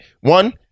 one